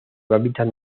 hábitat